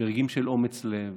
ברגעים של אומץ לב,